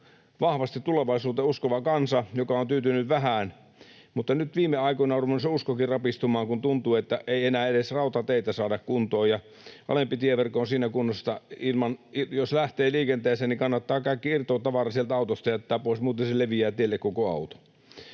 vahvasti tulevaisuuteen uskova kansa, joka on tyytynyt vähään, mutta nyt viime aikoina on ruvennut se uskokin rapistumaan, kun tuntuu, että ei enää edes rautateitä saada kuntoon, ja alempi tieverkko on siinä kunnossa, että jos lähtee liikenteeseen, niin kannattaa kaikki irtotavara autosta jättää pois, muuten leviää tielle koko auto.